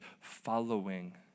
following